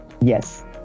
Yes